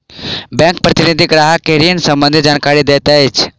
bank प्रतिनिधि ग्राहक के ऋण सम्बंधित जानकारी दैत अछि